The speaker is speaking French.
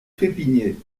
trépignait